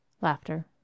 laughter